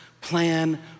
plan